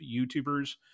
YouTubers